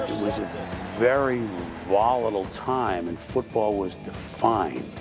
was a very volatile time. and football was defined